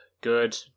good